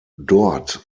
dort